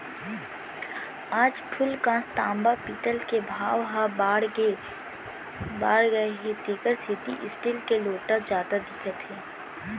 आज फूलकांस, तांबा, पीतल के भाव ह बाड़गे गए हे तेकर सेती स्टील के लोटा जादा दिखत हे